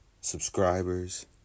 subscribers